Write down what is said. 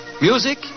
Music